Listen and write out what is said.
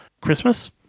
Christmas